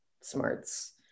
smarts